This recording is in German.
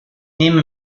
nehme